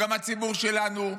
גם הציבור שלנו,